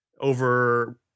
over